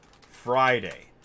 Friday